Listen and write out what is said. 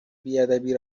بیادبی